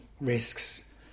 risks